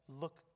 look